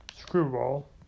screwball